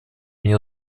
нее